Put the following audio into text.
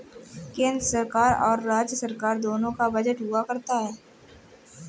केन्द्र सरकार और राज्य सरकार दोनों का बजट हुआ करता है